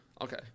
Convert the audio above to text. Okay